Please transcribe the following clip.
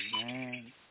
man